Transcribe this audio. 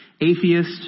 Atheist